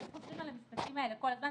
והם חוזרים על המשפטים האלה כל הזמן.